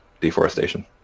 deforestation